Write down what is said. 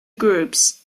groups